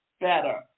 better